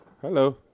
Hello